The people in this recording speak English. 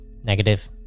Negative